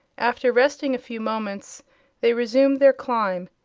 after resting a few moments they resumed their climb,